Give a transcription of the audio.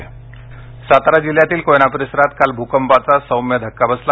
सातारा भूकंप सातारा जिल्ह्यातील कोयना परिसरात काल भूकंपाचा सौम्य धक्का बसला